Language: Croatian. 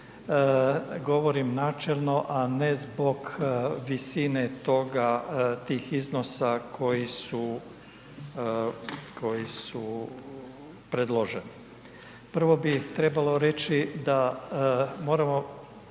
govorim načelno a ne zbog visine toga, tih iznosa koji su predloženi. Prvo bi trebalo reći da moramo